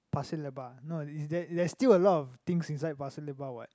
Pasir-Lebar no is there there's still a lot of things inside Pasir-Lebar what